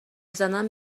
زدن